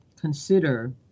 consider